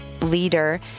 leader